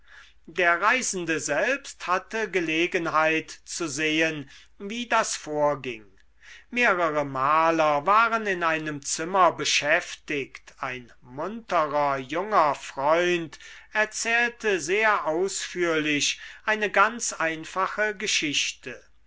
der reisende selbst hatte gelegenheit zu sehen wie das vorging mehrere maler waren in einem zimmer beschäftigt ein munterer junger freund erzählte sehr ausführlich eine ganz einfache geschichte